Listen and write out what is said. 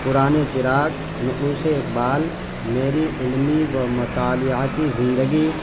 پرانے چراغ نقوشِ اقبال میری علمی و مطالعاتی زندگی